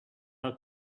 her